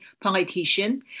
politician